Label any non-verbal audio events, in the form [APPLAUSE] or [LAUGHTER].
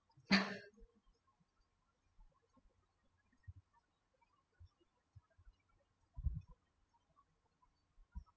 [LAUGHS]